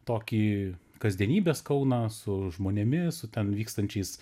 tokį kasdienybės kauną su žmonėmis su ten vykstančiais